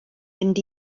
mynd